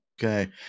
okay